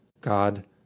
God